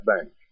bank